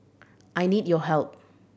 I need your help